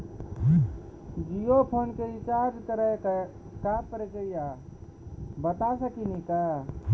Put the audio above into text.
Jio phone के recharge करे के का प्रक्रिया बता साकिनी का?